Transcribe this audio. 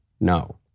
no